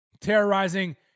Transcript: terrorizing